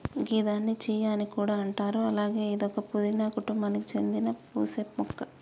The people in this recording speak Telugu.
గిదాన్ని చియా అని కూడా అంటారు అలాగే ఇదొక పూదీన కుటుంబానికి సేందిన పూసే మొక్క